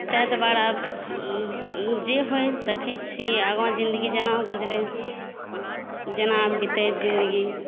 ताहि दुआरे जे होइ देखै छी आगाँ जिन्दगी जेना गुजरै जेना बितै जिन्दगी